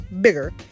bigger